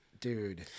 dude